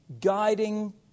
guiding